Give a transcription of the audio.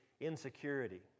insecurity